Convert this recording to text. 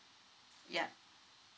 yup